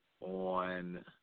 on